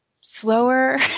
slower